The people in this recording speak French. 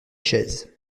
chaises